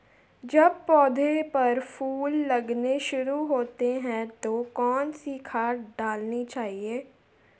जब पौधें पर फूल लगने शुरू होते हैं तो कौन सी खाद डालनी चाहिए?